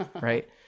right